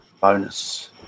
bonus